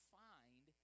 find